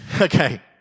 okay